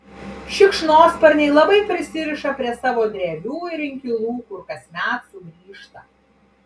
šikšnosparniai labai prisiriša prie savo drevių ir inkilų kur kasmet sugrįžta